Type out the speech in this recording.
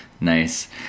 Nice